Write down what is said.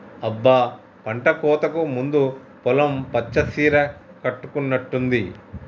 అబ్బ పంటకోతకు ముందు పొలం పచ్చ సీర కట్టుకున్నట్టుంది